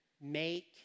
make